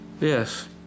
Yes